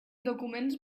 documents